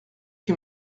qui